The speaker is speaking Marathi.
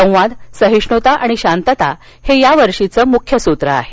संवाद सहिष्णूता आणि शांतता हे या वर्षीचं मुख्य सूत्र आहे